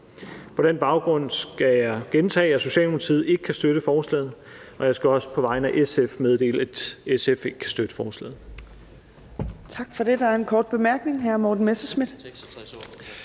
På den baggrund skal jeg gentage, at Socialdemokratiet ikke kan støtte forslaget, og jeg skal også på vegne af SF meddele, at SF ikke kan støtte forslaget.